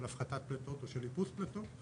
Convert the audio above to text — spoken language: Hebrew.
של הפחתת פליטות או של איפוס פליטות,